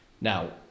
now